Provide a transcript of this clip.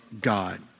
God